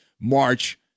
March